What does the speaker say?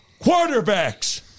quarterbacks